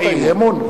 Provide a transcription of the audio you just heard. או "האי-אמון"?